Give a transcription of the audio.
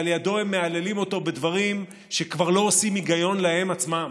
שלידו הם מהללים אותו בדברים שכבר לא עושים היגיון להם עצמם,